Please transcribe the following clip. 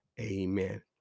Amen